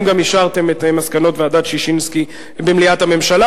ואתם גם אישרתם את מסקנות ועדת-ששינסקי במליאת הממשלה,